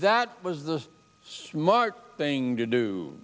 that was the smart thing to do